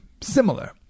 Similar